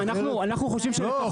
אנחנו חושבים -- רגע,